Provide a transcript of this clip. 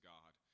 God